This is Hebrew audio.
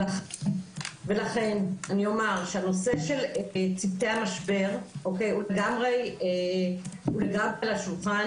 ולכן אני אומר שהנושא של צוותי המשבר הוא גם על השולחן.